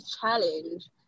challenge